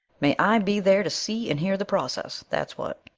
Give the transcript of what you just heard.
may i be there to see and hear the process, that's what.